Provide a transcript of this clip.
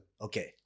Okay